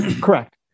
Correct